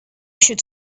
should